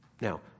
Now